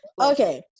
Okay